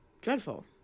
dreadful